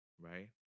right